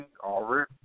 already